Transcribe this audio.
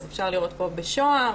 אפשר לראות פה בשוהם,